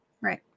Right